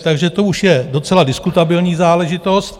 Takže to už je docela diskutabilní záležitost.